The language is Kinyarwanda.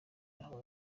aho